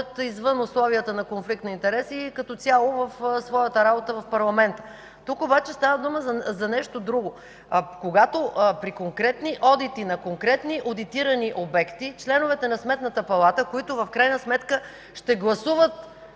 извън условията на конфликт на интереси и като цяло в своята работа в парламента. Тук обаче става дума за нещо друго ¬– когато при конкретни одити на конкретни одитирани обекти членовете на Сметната палата, които в крайна сметка ще гласуват